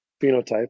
phenotype